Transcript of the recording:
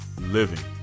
living